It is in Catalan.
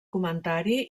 comentari